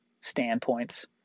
standpoints